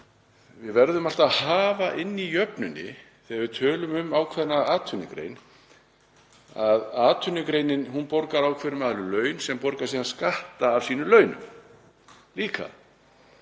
Við verðum alltaf að hafa inni í jöfnunni þegar við tölum um ákveðna atvinnugrein að atvinnugreinin borgar ákveðnum aðilum laun sem borga síðan skatta af sínum launum. Við